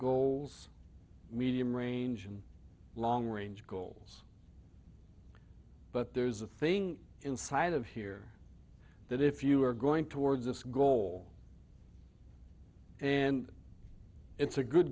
goals medium range and long range goals but there's a thing inside of here that if you are going towards this goal and it's a good